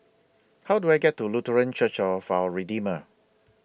How Do I get to Lutheran Church of Our Redeemer